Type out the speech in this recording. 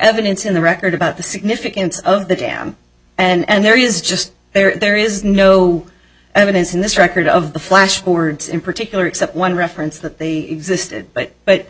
evidence in the record about the significance of the dam and there is just there is no evidence in this record of the flashforwards in particular except one reference that they existed but but